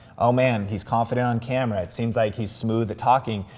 oh man, he's confident on camera, it seems like he's smooth at talking,